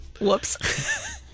Whoops